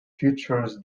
features